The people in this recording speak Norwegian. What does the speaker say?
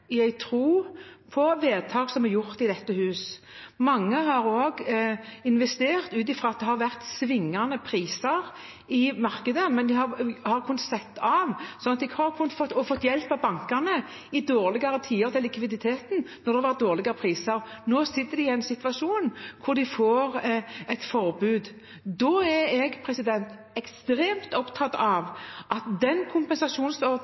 tro på vedtak som er gjort i dette hus. Mange har også investert ut fra svingende priser i markedet, men de har kunnet sette av og fått hjelp av bankene med likviditeten i tider med dårligere priser. Nå sitter de i en situasjon hvor de får et forbud. Jeg er ekstremt opptatt av at den kompensasjonsordningen som kommer, skal ivareta pelsdyrbøndene. Derfor mener jeg